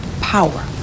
power